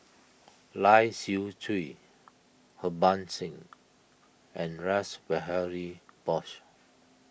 Lai Siu Chiu Harbans Singh and Rash Behari Bose